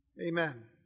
Amen